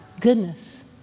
goodness